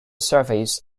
surface